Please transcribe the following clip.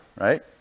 right